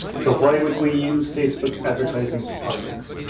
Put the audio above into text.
so why would we use facebook advertising for politics?